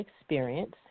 experience